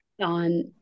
on